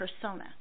persona